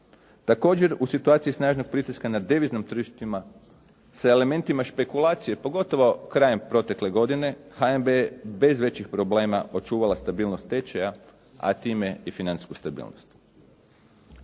Također u situaciji snažnog pritiska na deviznim tržištima sa elementima špekulacije pogotovo krajem protekle godine HNB je bez većih problema očuvala stabilnost tečaja a time i financijsku stabilnost.